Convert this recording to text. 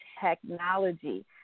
technology